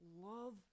love